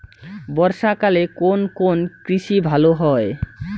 বর্ষা কালে কোন কোন কৃষি ভালো হয়?